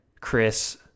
Chris